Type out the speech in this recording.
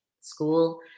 school